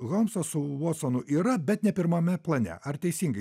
holmsas su votsonu yra bet ne pirmame plane ar teisingai